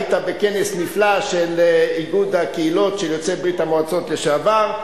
היית בכנס נפלא של איגוד הקהילות של יוצאי ברית-המועצות לשעבר,